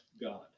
God